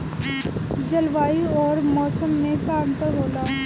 जलवायु और मौसम में का अंतर होला?